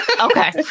Okay